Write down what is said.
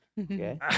Okay